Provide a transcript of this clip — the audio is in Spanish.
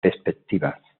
perspectivas